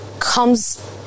comes